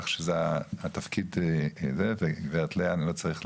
על הגברת לאה אני לא צריך לדבר.